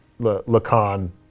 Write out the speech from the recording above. Lacan